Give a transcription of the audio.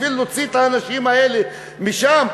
בשביל להוציא את האנשים האלה משם,